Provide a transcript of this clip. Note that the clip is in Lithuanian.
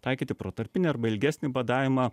taikyti protarpinį arba ilgesnį badavimą